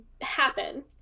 happen